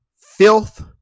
filth